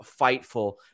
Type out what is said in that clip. fightful